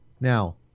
Now